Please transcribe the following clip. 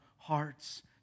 Hearts